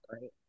right